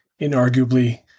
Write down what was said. inarguably